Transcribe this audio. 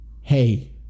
hey